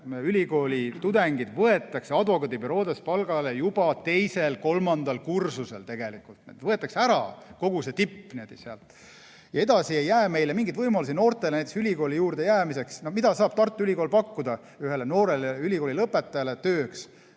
ülikoolitudengid võetakse advokaadibüroodes palgale juba teisel-kolmandal kursusel, tegelikult võetakse ära kogu see tipp. Edasi ei jää noortele mingeid võimalusi näiteks ülikooli juurde jääda. Mida saab Tartu Ülikool pakkuda ühele noorele ülikoolilõpetajale tööks?